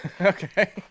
Okay